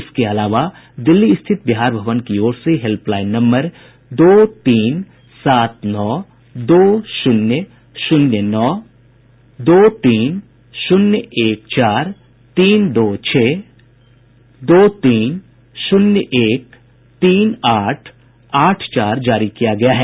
इसके अलावा दिल्ली स्थित बिहार भवन की ओर से हेल्पलाईन नम्बर दो तीन सात नौ दो शून्य शून्य नौ दो तीन शून्य एक चार तीन दो छह दो तीन शून्य एक तीन आठ आठ चार जारी किया गया है